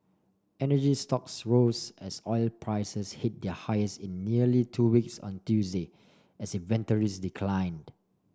energy stocks roses as oil prices hit their highest in nearly two weeks on Tuesday as inventories declined